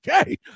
Okay